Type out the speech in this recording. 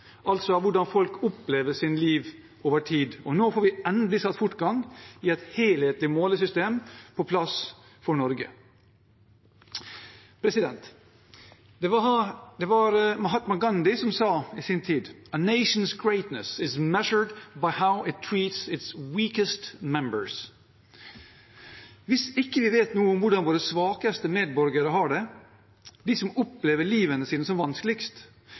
altså av hvordan folk opplever livet sitt over tid. Nå får vi endelig satt fortgang i å få på plass et helhetlig målesystem for Norge. Det var Mahatma Gandhi som i sin tid sa: «A nation’s greatness is measured by how it treats its weakest members.» Hvis vi ikke vet noe om hvordan våre svakeste medborgere har det, de som opplever livet sitt som vanskeligst,